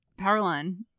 Powerline